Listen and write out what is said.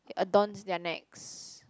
it adorns their necks